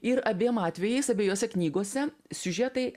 ir abiem atvejais abiejose knygose siužetai